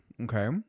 Okay